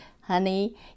honey